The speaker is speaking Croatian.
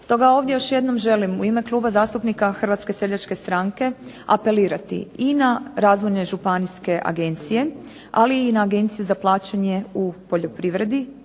Stoga ovdje još jednom želim u ime Kluba zastupnika HSS-a apelirati i na Razvojne županijske agencije, ali i na Agenciju za plaćanje u poljoprivredi